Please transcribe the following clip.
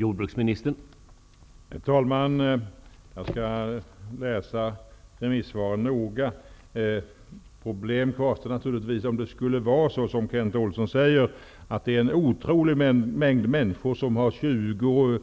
Herr talman! Jag skall läsa remissvaren noga. Det kvarstår naturligtvis problem om det är så som Kent Olsson säger, att det finns en otrolig mängd människor som har 20